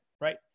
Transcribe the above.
right